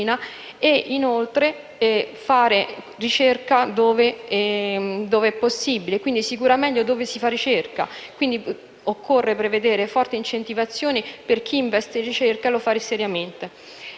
medicina e fare ricerca dove è possibile. Si cura meglio dove si fa ricerca e quindi occorre prevedere forti incentivazioni per chi investe in ricerca e lo fa seriamente,